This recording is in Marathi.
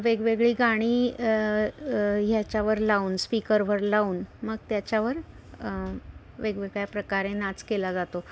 वेगवेगळी गाणी ह्याच्यावर लावून स्पीकरवर लावून मग त्याच्यावर वेगवेगळ्या प्रकारे नाच केला जातो